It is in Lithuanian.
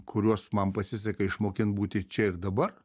kuriuos man pasiseka išmokint būti čia ir dabar